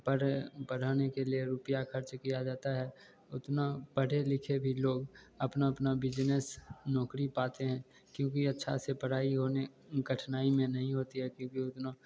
पढ़ाने के लिए रुपया खर्च किया जाता है उतना पढ़े लिखे भी लोग अपना अपना बिजनेस नौकरी पाते हैं क्योंकि ये अच्छा से पढ़ाई होने कठिनाई नहीं होती है फिर भी उतना